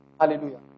Hallelujah